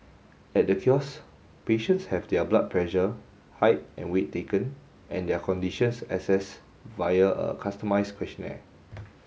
at the kiosk patients have their blood pressure height and weight taken and their conditions assessed via a customised questionnaire